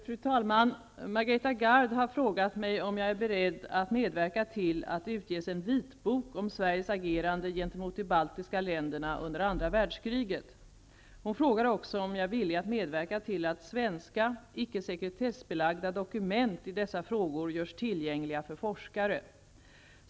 Fru talman! Margareta Gard har frågat mig om jag är beredd att medverka till att det utges en vitbok om Sveriges agerande gentemot de baltiska länderna under andra världskriget. Hon frågar också om jag är villig att medverka till att svenska icke sekretessbelagda dokument i dessa frågor görs tillgängliga för forskare.